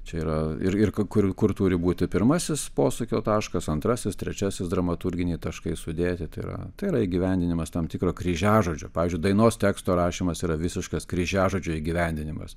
čia yra ir ir kur kur turi būti pirmasis posūkio taškas antrasis trečiasis dramaturginiai taškai sudėti tai yra tai yra įgyvendinimas tam tikro kryžiažodžio pavyzdžiui dainos teksto rašymas yra visiškas kryžiažodžio įgyvendinimas